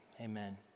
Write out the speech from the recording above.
Amen